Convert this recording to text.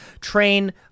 train